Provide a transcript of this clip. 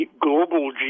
global